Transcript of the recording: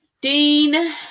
Dean